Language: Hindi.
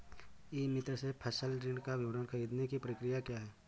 ई मित्र से फसल ऋण का विवरण ख़रीदने की प्रक्रिया क्या है?